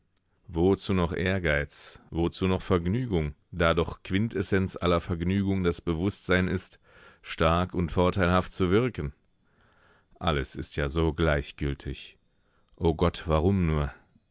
wozu noch ehrgeiz wozu noch vergnügung da doch quintessenz aller vergnügung das bewußtsein ist stark und vorteilhaft zu wirken alles ist ja so gleichgültig o gott warum nur